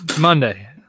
Monday